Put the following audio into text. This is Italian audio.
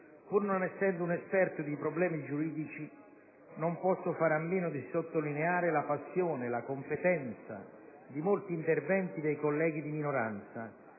Pur non essendo un esperto di problemi giuridici, non posso fare a meno di sottolineare la passione e la competenza di molti interventi dei colleghi di minoranza,